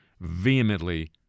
vehemently